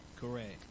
Correct